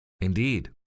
Indeed